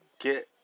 Get